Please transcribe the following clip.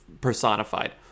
personified